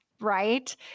right